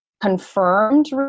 confirmed